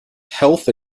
health